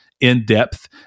in-depth